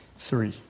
Three